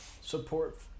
Support